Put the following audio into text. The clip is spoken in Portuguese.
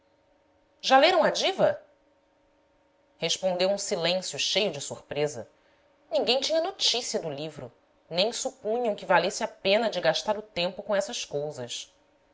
já leram a diva respondeu um silêncio cheio de surpresa ninguém tinha notícia do livro nem supunham que valesse a pena de gastar o tempo com essas cousas